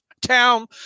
town